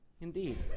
Indeed